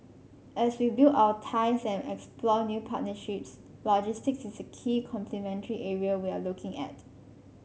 as we build our ties and explore new partnerships logistics is a key complementary area we are looking at